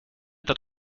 that